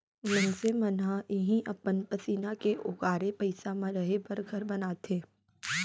मनसे मन ह इहीं अपन पसीना के ओगारे पइसा म रहें बर घर बनाथे